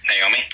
Naomi